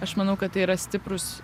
aš manau kad tai yra stiprūs